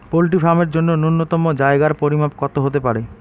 Poultry farm এর জন্য নূন্যতম জায়গার পরিমাপ কত হতে পারে?